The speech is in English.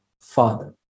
father